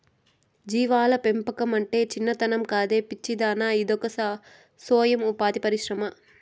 జీవాల పెంపకమంటే చిన్నతనం కాదే పిచ్చిదానా అదొక సొయం ఉపాధి పరిశ్రమ